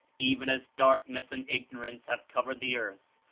even as dark ness and ignorance have covered the earth,